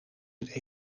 een